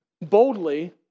boldly